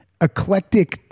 eclectic